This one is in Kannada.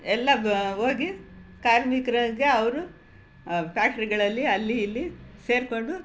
ಎಲ್ಲ ಬ ಹೋಗಿ ಕಾರ್ಮಿಕ್ರಿಗೆ ಅವರು ಫ್ಯಾಕ್ಟ್ರಿಗಳಲ್ಲಿ ಅಲ್ಲಿ ಇಲ್ಲಿ ಸೇರಿಕೊಂಡು